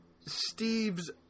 Steve's